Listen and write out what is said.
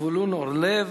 זבולון אורלב.